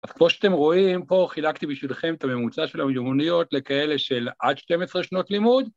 ‫אז כמו שאתם רואים, פה חילקתי בשבילכם ‫את הממוצע של המיומוניות ‫לכאלה של עד 12 שנות לימוד.